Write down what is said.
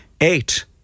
Eight